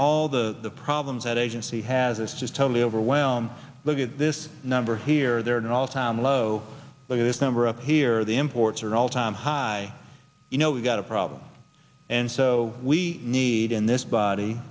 all the problems that agency has it's just totally overwhelmed look at this number here they're in an all time low but this number up here the imports are all time high you know we've got a problem and so we need in this body